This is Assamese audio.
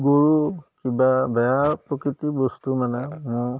গৰু কিবা বেয়া প্ৰকৃতি বস্তু মানে মোৰ